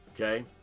okay